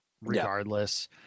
regardless